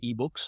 eBooks